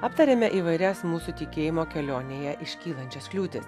aptarėme įvairias mūsų tikėjimo kelionėje iškylančias kliūtis